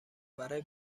برای